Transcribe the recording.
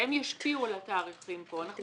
שהם ישפיעו על התאריכים פה.